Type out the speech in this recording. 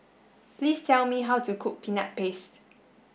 please tell me how to cook peanut paste